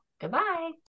Goodbye